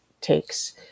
takes